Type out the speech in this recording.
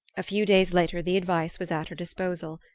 a few days later the advice was at her disposal.